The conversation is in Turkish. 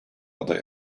aday